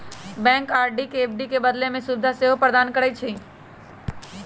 bank RD के FD में बदले के सुभीधा सेहो प्रदान करइ छइ